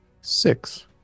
six